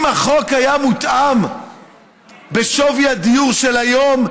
אם החוק היה מותאם לשווי הדיור של היום,